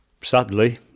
sadly